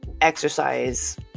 exercise